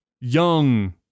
young